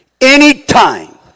anytime